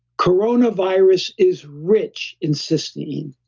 coronavirus is rich in cysteine,